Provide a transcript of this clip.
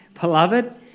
Beloved